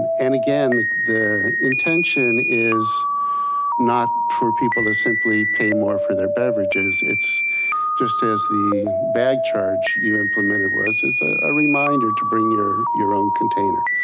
and again, the intention is not for people to simply pay more for their beverages, it's just as the bag charge you implemented was, is a reminder to bring your your own container.